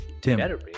Tim